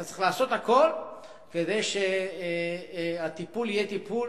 שאתה צריך לעשות הכול כדי שהטיפול יהיה טיפול